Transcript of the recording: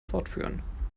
fortführen